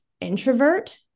introvert